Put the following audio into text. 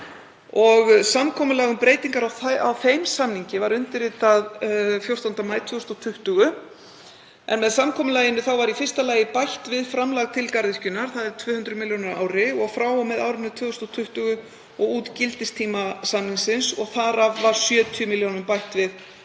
Samkomulag um breytingar á þeim samningi var undirritað 14. maí 2020 en með samkomulaginu var í fyrsta lagi bætt við framlag til garðyrkjunnar, það eru 200 milljónir á ári, frá og með árinu 2020 og út gildistíma samningsins og þar af var 70 milljónum bætt við